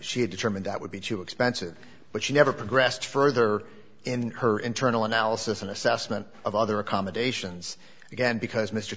she had determined that would be too expensive but she never progressed further in her internal analysis and assessment of other accommodations again because m